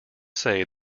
say